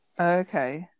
okay